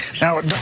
Now